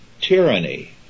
tyranny